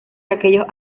aquellos